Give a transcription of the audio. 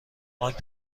بانک